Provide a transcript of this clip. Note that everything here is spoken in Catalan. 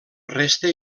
resta